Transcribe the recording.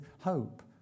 hope